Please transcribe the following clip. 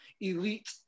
Elite